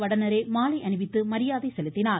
வடநேரே மாலை அணிவித்து மரியாதை செலுத்தினார்